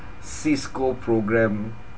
cisco programme